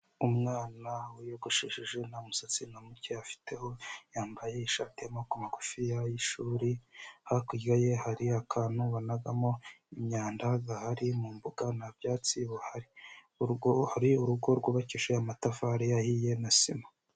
Umwana wiyogoshesheje nta musatsi na muke afiteho yambaye ishati y'amaboko magufi y'ishuri hakurya ye hari akantu banagamo imyanda gahari mumbuga ntabyatsi bihari hari urugo rwubakishije amatafari ahiye na sima.